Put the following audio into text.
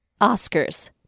Oscars